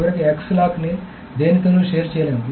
చివరకు X లాక్ని దేనితోనూ షేర్ చేయలేము